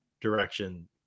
direction